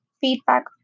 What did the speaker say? feedback